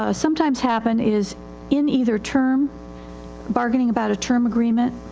ah sometimes happen is in either term bargaining about a term agreement.